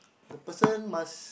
the person must